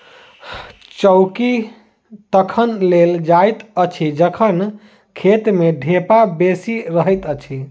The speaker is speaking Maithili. चौकी तखन देल जाइत अछि जखन खेत मे ढेपा बेसी रहैत छै